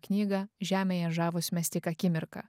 knygą žemėje žavūs mes tik akimirką